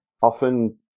often